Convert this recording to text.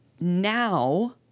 now